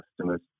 customers